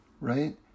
right